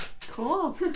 Cool